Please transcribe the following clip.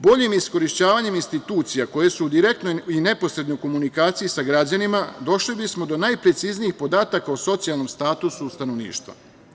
Boljim iskorišćavanjem institucija koje su u direktnoj i neposrednoj komunikaciji sa građanima došli bismo na najpreciznijih podataka o socijalnom statusu stanovništva.